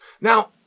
Now